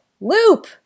Loop